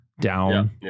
down